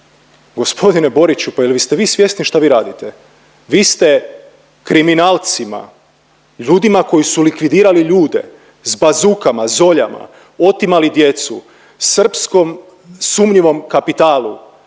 gospodine Boriću pa jeste li vi svjesni šta vi radite? Vi ste kriminalcima, ljudima koji su likvidirali ljude sa bazukama, zoljama otimali djecu srpskom sumnjivom kapitalu,